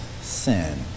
sin